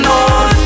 on